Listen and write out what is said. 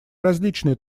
различные